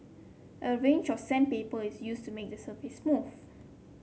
a range of sandpaper is used to make the surface smooth